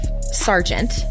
sergeant